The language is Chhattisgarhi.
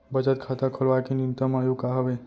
बचत खाता खोलवाय के न्यूनतम आयु का हवे?